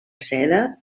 seda